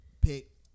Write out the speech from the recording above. pick